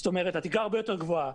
זאת אומרת, התקרה הרבה יותר גבוהה.